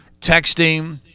texting